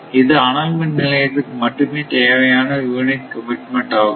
இது அனல் மின் நிலையத்துக்கு மட்டுமேயான யூனிட் கமிட்மென்ட் ஆகும்